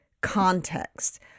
context